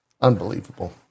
Unbelievable